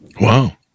Wow